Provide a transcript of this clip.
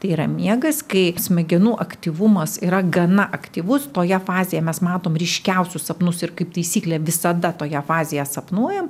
tai yra miegas kaip smegenų aktyvumas yra gana aktyvus toje fazėje mes matom ryškiausius sapnus ir kaip taisyklė visada toje fazėje sapnuojam